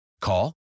Call